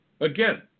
again